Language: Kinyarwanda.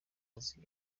kazi